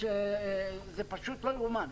זה פשוט לא ייאמן.